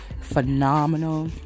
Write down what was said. phenomenal